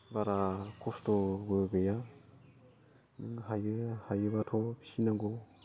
बारा कस्त'बो गैया हायो हायोबाथ' फिसिनांगौ